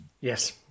Yes